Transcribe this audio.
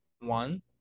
one